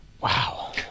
Wow